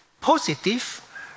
positive